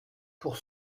pour